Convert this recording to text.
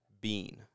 Bean